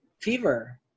fever